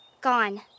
gone